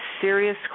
serious